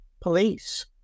police